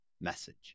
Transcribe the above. message